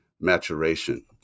maturation